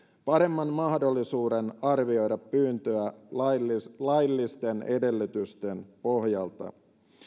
paremman mahdollisuuden arvioida pyyntöä laillisten laillisten edellytysten pohjalta